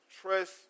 trust